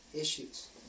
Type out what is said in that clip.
issues